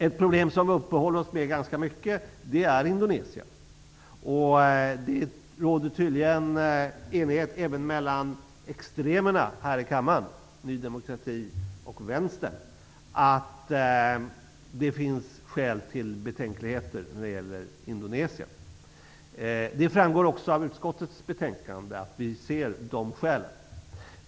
Ett problem vi uppehåller oss vid mycket är Indonesien. Det råder tydligen enighet även mellan extremerna här i kammaren, Ny demokrati och vänstern, om att det finns skäl till betänkligheter när det gäller Indonesien. Det framgår också av utskottets betänkande att vi ser dessa betänkligheter.